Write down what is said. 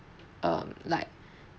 um like